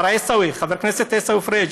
חבר הכנסת עיסאווי פריג',